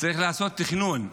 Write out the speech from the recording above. צריך לעשות תכנון.